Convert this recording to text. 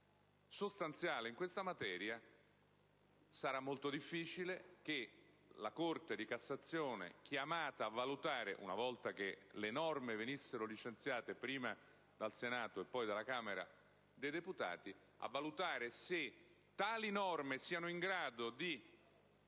sostanziale in materia, sarebbe molto difficile per la Corte di Cassazione, chiamata a valutare, una volta che le norme venissero licenziate, dal Senato prima e dalla Camera dei deputati poi, se tali norme siano in grado di